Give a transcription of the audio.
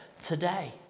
today